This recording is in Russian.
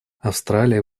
австралия